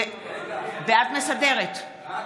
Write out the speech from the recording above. רגע, סליחה,